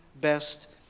best